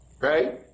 Right